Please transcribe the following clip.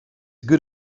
good